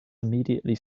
immediately